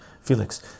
Felix